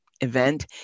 event